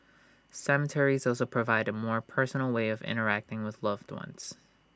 cemeteries also provide A more personal way of interacting with loved ones